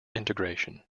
integration